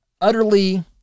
utterly